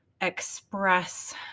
express